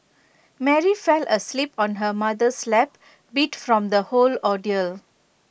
Mary fell asleep on her mother's lap beat from the whole ordeal